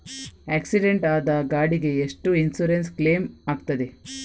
Accident ಆದ ಗಾಡಿಗೆ ಎಷ್ಟು ಇನ್ಸೂರೆನ್ಸ್ ಕ್ಲೇಮ್ ಆಗ್ತದೆ?